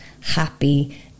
happy